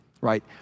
right